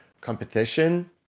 competition